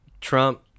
Trump